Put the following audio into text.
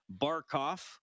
Barkov